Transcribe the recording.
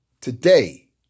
Today